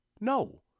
No